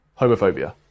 homophobia